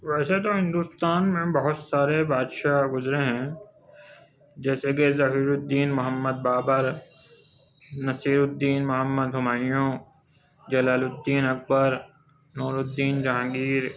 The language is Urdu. ویسے تو ہندوستان میں بہت سارے بادشاہ گُزرے ہیں جیسے کہ ظہیرالدّین محمد بابر نصیرالدّین محمد ہمایوں جلال الدّین اکبر نورالدّین جہانگیر